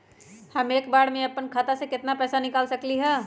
हम एक बार में अपना खाता से केतना पैसा निकाल सकली ह?